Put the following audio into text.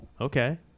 Okay